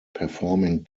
performing